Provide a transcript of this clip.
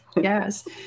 Yes